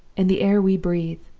and the air we breathe.